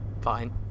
fine